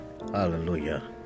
Hallelujah